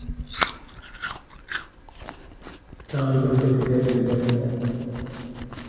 चांउर के खेती ह कइसे होथे?